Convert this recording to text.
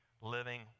living